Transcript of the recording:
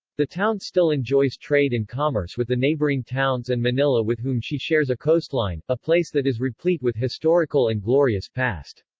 the town still enjoys trade and commerce with the neighboring towns and manila with whom she shares a coastline, a place that is replete with historical and glorious past.